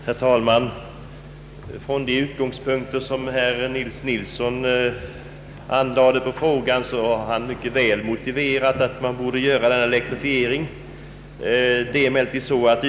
Herr talman! Herr Nils Nilsson har från de utgångspunkter som han anlade på frågan mycket klart motiverat att en elektrifiering bör komma till stånd av ifrågavarande järnvägslinje.